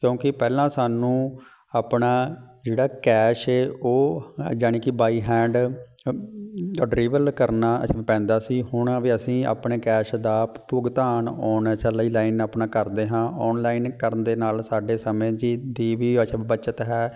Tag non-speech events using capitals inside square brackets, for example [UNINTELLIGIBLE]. ਕਿਉਂਕਿ ਪਹਿਲਾਂ ਸਾਨੂੰ ਆਪਣਾ ਜਿਹੜਾ ਕੈਸ਼ ਏ ਉਹ ਜਾਣੀ ਕਿ ਬਾਈ ਹੈਂਡ ਡਿਰੀਵਲ ਕਰਨਾ ਪੈਂਦਾ ਸੀ ਹੁਣ ਅਸੀਂ ਆਪਣੇ ਕੈਸ਼ ਦਾ ਭੁਗਤਾਨ ਆਉਣ [UNINTELLIGIBLE] ਲਾਈਨ ਆਪਣਾ ਕਰਦੇ ਹਾਂ ਔਨਲਾਈਨ ਕਰਨ ਦੇ ਨਾਲ ਸਾਡੇ ਸਮੇਂ ਦੀ ਵੀ ਬੱਚਤ ਹੈ